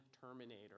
terminator